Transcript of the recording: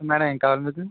madam ఏం కావాలి మీకు